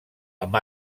amb